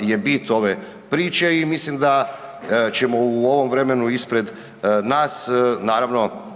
je bit ove priče i mislim da ćemo u ovom vremenu ispred nas naravno